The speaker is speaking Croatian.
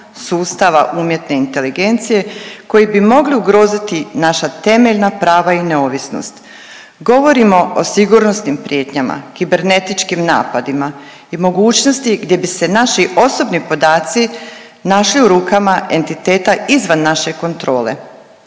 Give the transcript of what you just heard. sustava umjetne inteligencije, koji bi mogli ugroziti naša temeljna prava i neovisnost. Govorimo o sigurnosnim prijetnjama, kibernetičkim napadima i mogućnosti gdje bi se naši osobni podaci našli u rukama entiteta izvan naše kontrole.